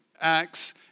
acts